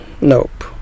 Nope